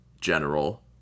general